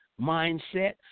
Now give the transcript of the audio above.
mindset